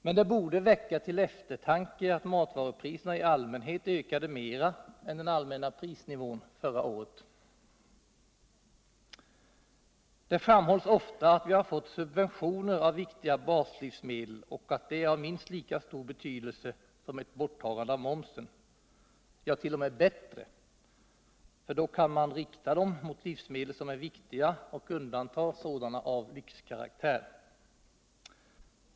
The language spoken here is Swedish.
Men det borde väcka till eftertanke att matvarupriserna över huvud taget ökade mer än den allmänna prisnivån förra året. Det framhålls ofta att vi har fått subventioner av viktiga baslivsmedel och att det är av minst lika stor betydelse som ett borttagande av momsen — ja, 1. 0. m. av större betydelse, för då kan man rikta dem mot livsmedel som är viktiga och undanta sådana av lyxkaraktär.